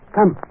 Come